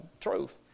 Truth